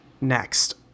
Next